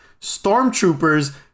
stormtroopers